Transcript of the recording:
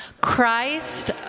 Christ